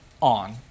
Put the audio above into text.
on